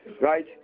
right